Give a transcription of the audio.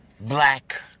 black